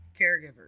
caregivers